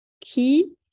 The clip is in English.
key